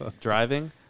driving